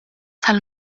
tal